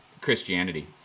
Christianity